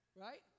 Right